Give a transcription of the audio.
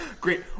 Great